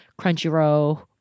Crunchyroll